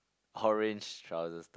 orange trousers